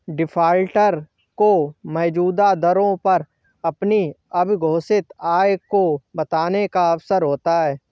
defaulter को मौजूदा दरों पर अपनी अघोषित आय को बताने का अवसर होता है